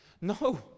No